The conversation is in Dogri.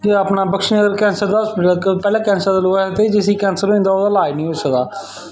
ते बख्शी नगर अपना कैंसर दा हॉस्पिटल पैह्लें कैंसर दा जिसी कैंसर होंदा ओह्दा लाज निं होंदा